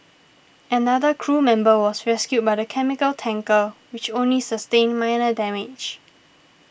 another crew member was rescued by the chemical tanker which only sustained minor damage